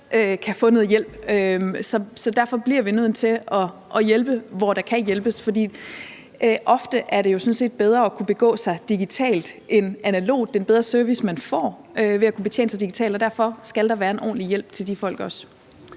kan få noget hjælp. Så vi bliver nødt til at hjælpe, hvor der kan hjælpes, for ofte er det jo sådan set bedre at kunne begå sig digitalt end analogt. Det er en bedre service, man får ved at kunne betjene sig digitalt, og derfor skal der også være en ordentlig hjælp til de folk.